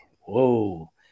Whoa